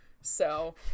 So-